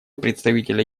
представителя